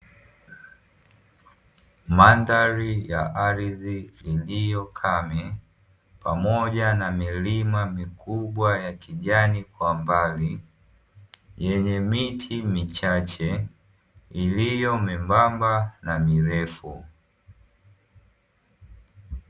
Mandhari ya ardhi iliyo kame pamoja na milima mikubwa ya kijani kwa mbali yenye miti michache iliyo myembamba na mirefu.